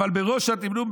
אבל בראש התמנון,